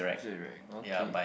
right okay